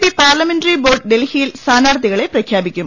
P parliamentary board ഡൽഹിയിൽ സ്ഥാനാർത്ഥികളെ പ്രഖ്യാപി ക്കും